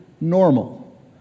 normal